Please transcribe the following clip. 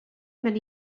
mewn